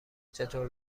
چطور